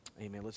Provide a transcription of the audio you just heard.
Amen